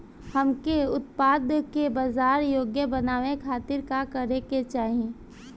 हमके उत्पाद के बाजार योग्य बनावे खातिर का करे के चाहीं?